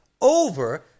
over